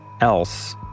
Else